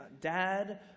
dad